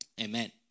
amen